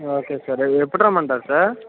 okay sir ఎ ఎప్పుడు రమ్మంటారు సార్